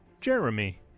Jeremy